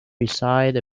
beside